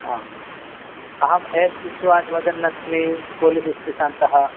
आम् अहम् एच् विश्वास् वदन्नस्मि पोलिस् इस्टेशान् तः